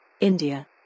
India